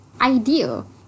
ideal